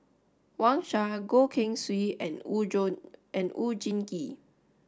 Wang Sha Goh Keng Swee and Oon Jin and Oon Jin Gee